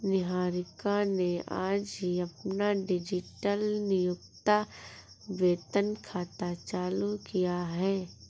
निहारिका ने आज ही अपना डिजिटल नियोक्ता वेतन खाता चालू किया है